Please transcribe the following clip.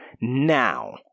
Now